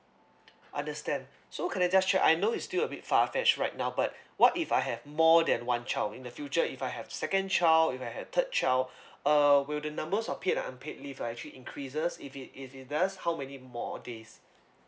understand so can I just check I know it's still a bit far fetched right now but what if I have more than one child in the future if I have second child if I have third child uh will the numbers of paid and unpaid leave actually increases if it if it does how many more days